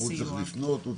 הוא צריך לפנות.